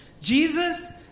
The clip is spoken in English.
Jesus